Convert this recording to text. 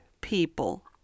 people